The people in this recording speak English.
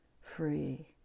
free